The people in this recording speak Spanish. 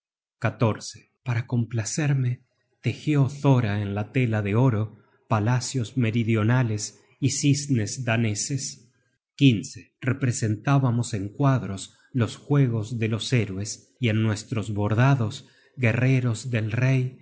dinamarca para complacerme tejió thora en la tela de oro palacios meridionales y cisnes daneses representábamos en cuadros los juegos de los héroes y en nuestros bordados guerreros del rey escudos rojos los